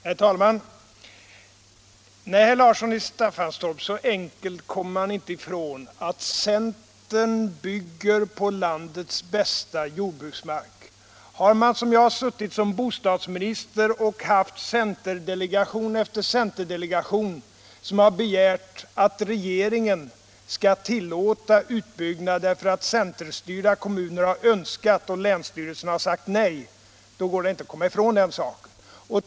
Herr talman! Nej, herr Larsson i Staffanstorp, så enkelt kommer man inte ifrån att centern bygger på landets bästa jordbruksmark. Har man som jag suttit som bostadsminister och tagit emot centerdelegation efter centerdelegation som har begärt att regeringen skall tillåta utbyggnad som centerstyrda kommuner har önskat men som länsstyrelserna har sagt nej till, då kan man inte komma ifrån den saken.